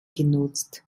genutzt